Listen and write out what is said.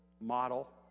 model